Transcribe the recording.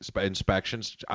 inspections